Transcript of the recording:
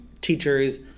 teachers